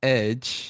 edge